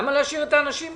למה להשאיר את האנשים ככה?